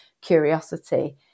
curiosity